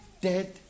dead